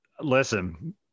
listen